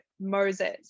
Moses